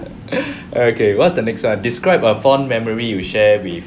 alright okay what's the next [one] describe a fond memory you share with